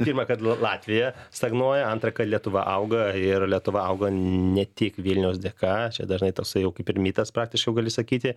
pirma kad latvija stagnuoja antra kad lietuva auga ir lietuva auga ne tik vilniaus dėka dažnai tosai jau kaip ir mitas praktiškai jau gali sakyti